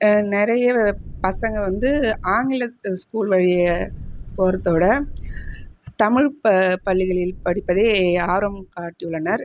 அ நிறைய வ் பசங்கள் வந்து ஆங்கிலத்து ஸ்கூல் வழியே போகிறத்த விட தமிழ் ப பள்ளிகளில் படிப்பதே ஆர்வம் காட்டி உள்ளனர்